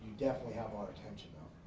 definitely have our attention